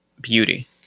beauty